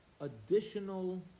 additional